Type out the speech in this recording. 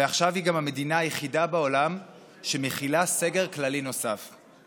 ועכשיו היא גם המדינה היחידה בעולם שמחילה סגר כללי נוסף.